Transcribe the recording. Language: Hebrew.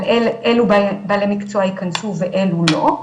על אילו בעלי מקצוע ייכנסו ואלו לא,